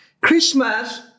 Christmas